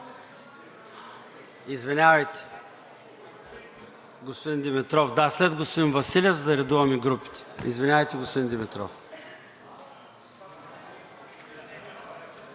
Извинявайте, господин Димитров, да – след господин Василев, за да редуваме групите. Извинявайте, господин Димитров.